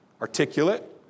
articulate